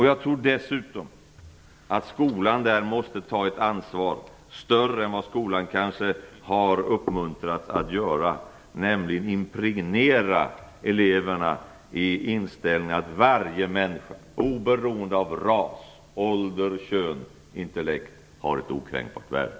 Jag tror dessutom att skolan måste ta ett ansvar, större än vad skolan kanske har uppmuntrats att göra, nämligen genom att impregnera eleverna med inställningen att varje människa oberoende av ras, ålder, kön och intellekt har ett okränkbart värde.